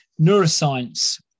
neuroscience